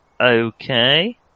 Okay